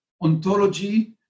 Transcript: ontology